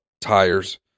tires